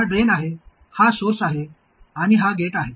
हा ड्रेन आहे हा सोर्स आहे आणि हा गेट आहे